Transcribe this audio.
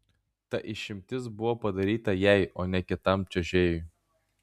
ta išimtis buvo padaryta jai o ne kitam čiuožėjui